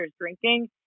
drinking